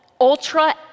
Ultra